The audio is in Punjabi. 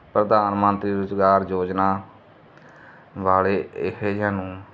ਪ੍ਰਧਾਨ ਮੰਤਰੀ ਰੁਜ਼ਗਾਰ ਯੋਜਨਾ ਵਾਲੇ ਇਹੋ ਜਿਹਿਆਂ ਨੂੰ